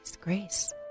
grace